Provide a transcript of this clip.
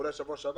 אולי בשבוע שעבר?